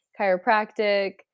chiropractic